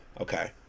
Okay